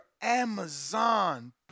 Amazon